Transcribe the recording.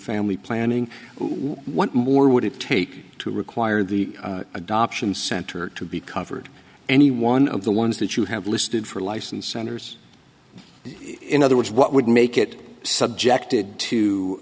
family planning what more would it take to require the adoption center to be covered any one of the ones that you have listed for licensed centers in other words what would make it subjected to